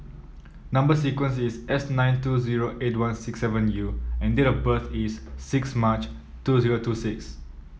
number sequence is S nine two zero eight one six seven U and date of birth is six March two zero two six